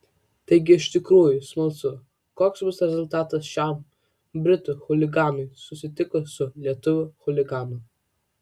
taigi iš tikrųjų smalsu koks bus rezultatas šiam britų chuliganui susitikus su lietuvių chuliganu